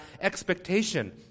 expectation